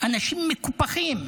אנשים מקופחים,